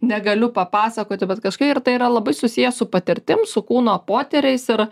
negaliu papasakoti bet kažkaip ir tai yra labai susiję su patirtim su kūno potyriais ir